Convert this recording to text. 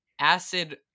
Acid